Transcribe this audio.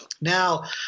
Now